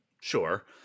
Sure